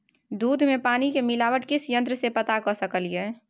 दूध में पानी के मिलावट किस यंत्र से पता कर सकलिए?